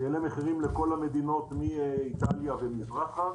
ואלה מחירים לכל המדינות מאיטליה ומזרחה.